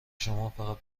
شمافقط